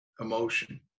emotion